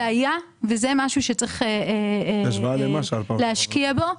הבעיה, וזה משהו שצריך להשקיע בו,